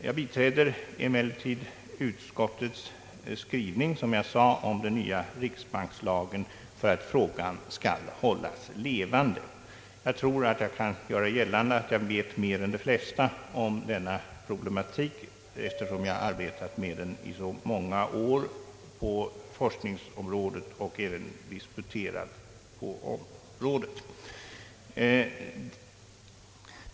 Jag biträder emellertid utskottets skrivning om ny riksbankslag för att frågan skall hållas levande. Jag. tror att jag vet mer än de flesta om denna problematik, eftersom jag arbetat så många år på detta forskningsområde och även 'disputerat inom detta område.